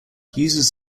users